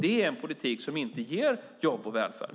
Det är en politik som inte ger jobb och välfärd.